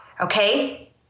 okay